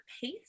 Pace